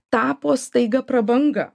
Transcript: tapo staiga prabanga